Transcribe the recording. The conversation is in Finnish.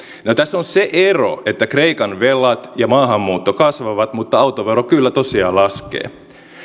no tässä on se ero että kreikan velat ja maahanmuutto kasvavat mutta autovero kyllä tosiaan laskee